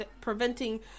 preventing